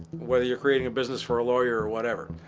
whether you are creating a business for a lawyer or whatever.